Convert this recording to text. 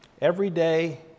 Everyday